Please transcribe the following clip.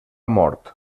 mort